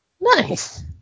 Nice